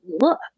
look